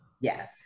Yes